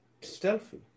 stealthy